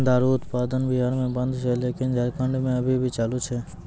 दारु उत्पादन बिहार मे बन्द छै लेकिन झारखंड मे अभी भी चालू छै